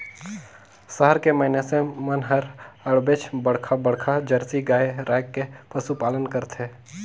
सहर के मइनसे मन हर अबड़ेच बड़खा बड़खा जरसी गाय रायख के पसुपालन करथे